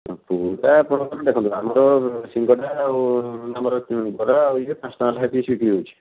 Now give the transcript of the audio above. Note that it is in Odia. ଆପଣଙ୍କର ଦେଖନ୍ତୁ ଆମର ସିଙ୍ଗଡ଼ା ଆଉ ଆମର ବରା ଆଉ ଇଏ ପାଞ୍ଚ ଟଙ୍କା ଲେଖାଏଁ ପିସ୍ ବିକ୍ରି ହେଉଛି